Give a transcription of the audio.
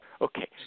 okay